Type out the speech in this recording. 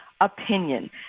opinion